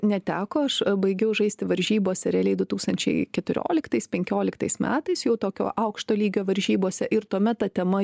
neteko aš baigiau žaisti varžybose realiai du tūkstančiai keturioliktais penkioliktais metais jau tokio aukšto lygio varžybose ir tuomet ta tema